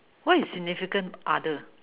what is significant other